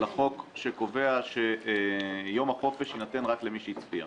לחוק שקובע שיום החופש יינתן רק למי שהצביע.